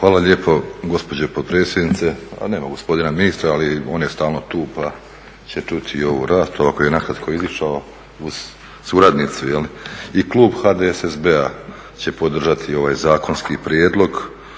Hvala lijepo gospođo potpredsjednice. Nema gospodina ministra, ali on je stalno tu pa će čuti ovu raspravu ako je nakratko izišao, uz suradnicu. I klub HDSSB-a će podržati ovaj zakonski prijedlog